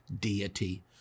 deity